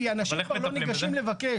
כי אנשים כבר לא ניגשים לבקש.